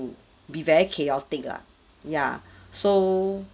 to be very chaotic lah ya so